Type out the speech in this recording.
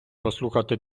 послухати